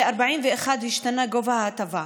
ל-41 השתנה גובה ההטבה,